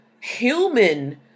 human